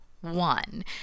one